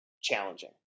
challenging